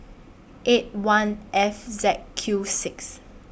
eight one F Z Q six